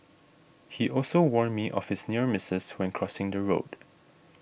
he always warn me of his near misses when crossing the road